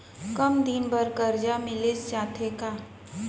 कम दिन बर करजा मिलिस जाथे का?